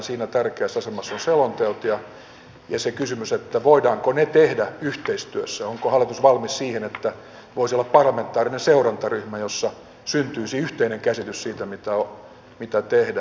siinä tärkeässä asemassa ovat selonteot ja se kysymys että voidaanko ne tehdä yhteistyössä ja onko hallitus valmis siihen että voisi olla parlamentaarinen seurantaryhmä jossa syntyisi yhteinen käsitys siitä mitä tehdään